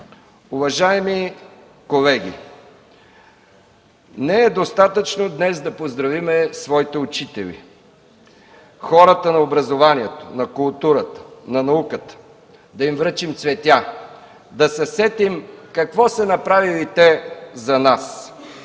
Уважаеми колеги, не е достатъчно днес да поздравим своите учители – хората на образованието, на културата, на науката, да им връчим цветя, да се сетим какво са направили те за нас.